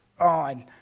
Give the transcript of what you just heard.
On